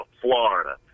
Florida